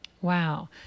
Wow